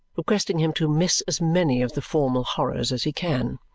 requesting him to miss as many of the formal horrors as he can.